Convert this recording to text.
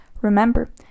Remember